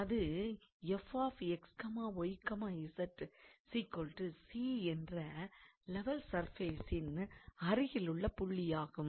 அது என்ற லெவல் சர்ஃபேசின் அருகிலுள்ள புள்ளியாகும்